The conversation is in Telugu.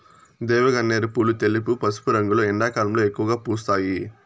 దేవగన్నేరు పూలు తెలుపు, పసుపు రంగులో ఎండాకాలంలో ఎక్కువగా పూస్తాయి